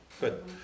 Good